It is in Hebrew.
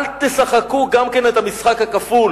אל תשחקו גם כן את המשחק הכפול,